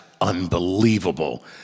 unbelievable